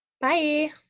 Bye